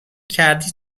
کردی